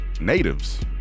natives